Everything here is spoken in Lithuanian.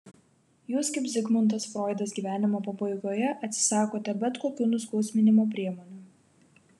jūs kaip zigmundas froidas gyvenimo pabaigoje atsisakote bet kokių nuskausminimo priemonių